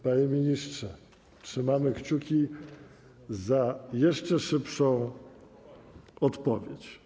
Panie ministrze, trzymamy kciuki za jeszcze szybszą odpowiedź.